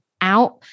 out